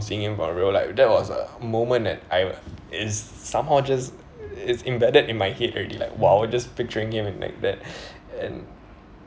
seeing him on real life that was a moment that I is somehow just it's embedded in my head already like !wow! just picturing him and like that and